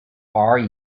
are